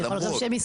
כן אפשרי לחלוטין.